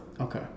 okay